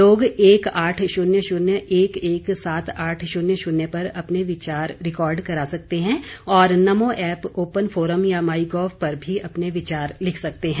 लोग एक आठ शून्य शून्य एक एक सात आठ शून्य शून्य पर अपने विचार रिकॉर्ड करा सकते हैं और नमो ऐप ओपन फोरम या माई गोव पर भी अपने विचार लिख सकते हैं